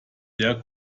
der